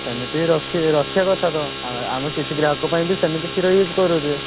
ସେମିତି ରଖି ରଖିବା କଥା ତ ଆମେ କିଛି ଗ୍ରାହକ ପାଇଁ ବି ସେମିତି କ୍ଷୀର ୟୁଜ୍ କରୁଛେ